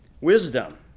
wisdom